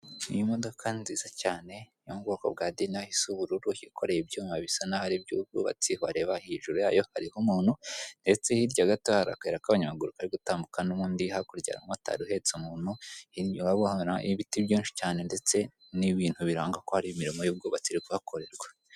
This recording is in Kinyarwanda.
Iyi modoka ni nziza cyane iri mubwoko bwa dina isa ubururu yikoreye ibyuma bisa n'aho ari iby'ubwubatsi, wareba hejuru yayo hariho umuntu ndetse hirya gato hari akayira k'abanyamaguru kari gutambuka nubundi hakurya ya motari uhetse umuntu, hirya urahbona ibiti byinshi cyane ndetse ni ibintu biranga ko hari imirimo y'ubwubatsi iri kuhakorerwa.